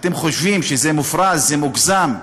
אתם חושבים שזה מופרז, שזה מוגזם.